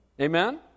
Amen